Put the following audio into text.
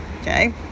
okay